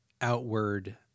outward